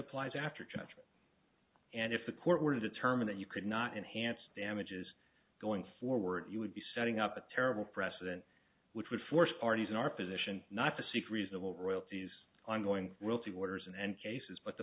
judgement and if the court were to determine that you could not enhance damages going forward you would be setting up a terrible precedent which would force parties in our position not to seek reasonable royalties ongoing realty orders and cases but the